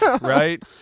right